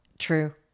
True